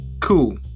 Cool